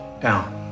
Down